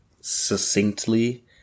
succinctly